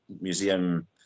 museum